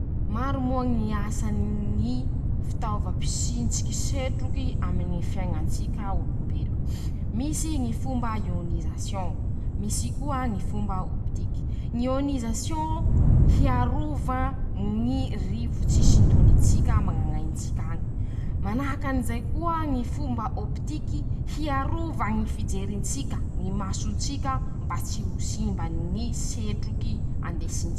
Maro moa ñy asany ñy fitaova mpisintsiky setroky aminy ñy fiaiñan-tsika olombelo misy ñy fomba ionisation, misy koa ñy fomba optiky ;ñy ionisation, hiarova ñy rivotsy sintonin-tsika mañ'añaitsika añy; manahaky anizay koa ñy fomba ôptiky hiarova ñy fijerin-tsika ñy mason-tsika mba tsy ho simbany ñy setroky andesiny zay.